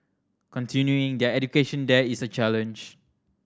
continuing their education there is a challenge